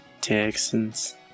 Texans